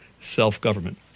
self-government